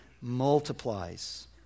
multiplies